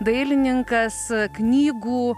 dailininkas knygų